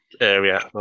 area